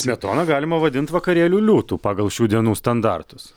smetoną galima vadinti vakarėlių liūtu pagal šių dienų standartus